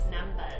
numbers